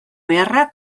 beharrak